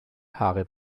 haare